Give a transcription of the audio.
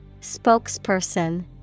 Spokesperson